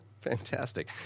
Fantastic